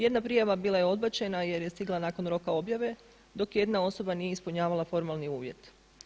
Jedna prijava bila je odbačena jer je stigla nakon roka objave, dok jedna osoba nije ispunjavala formalni uvjet.